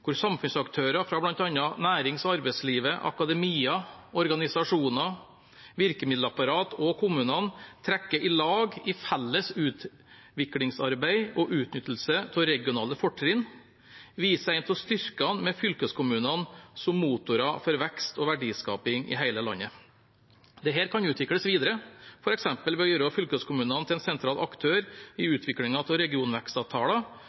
hvor samfunnsaktører fra bl.a. nærings- og arbeidslivet, akademia, organisasjoner, virkemiddelapparat og kommunene trekker sammen i felles utviklingsarbeid og utnyttelse av regionale fortrinn, viser en av styrkene med fylkeskommunene som motorer for vekst og verdiskaping i hele landet. Dette kan utvikles videre, f.eks. ved å gjøre fylkeskommunene til en sentral aktør i utviklingen av regionvekstavtaler,